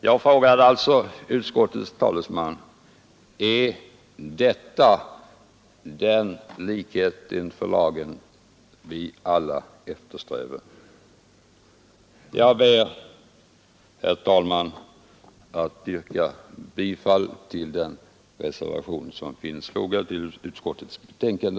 Jag frågar alltså utskottets talesman: Är detta den likhet inför lagen vi alla eftersträvar? Jag ber, herr talman, att få yrka bifall till den reservation som finns fogad till utskottets betänkande.